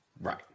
Right